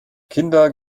kinder